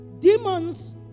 Demons